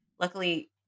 luckily